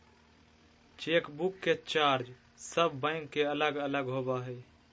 chequebook के charge सब bank के अलग अलग होबा हइ